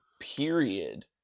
period